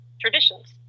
traditions